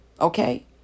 okay